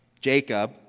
Jacob